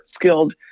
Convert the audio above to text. skilled